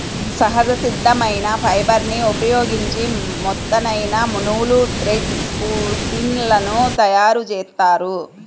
సహజ సిద్ధమైన ఫైబర్ని ఉపయోగించి మెత్తనైన నూలు, థ్రెడ్ స్పిన్ లను తయ్యారుజేత్తారు